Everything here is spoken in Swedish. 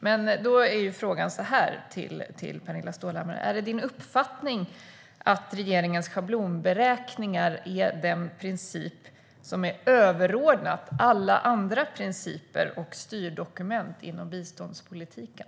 Därför vill jag fråga Pernilla Stålhammar: Är det din uppfattning att regeringens schablonberäkningar är den princip som är överordnad alla andra principer och styrdokument inom biståndspolitiken?